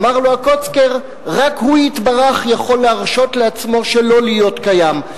אמר לו הקוצקער: רק הוא יתברך יכול להרשות לעצמו שלא להיות קיים.